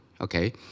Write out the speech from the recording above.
okay